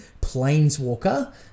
planeswalker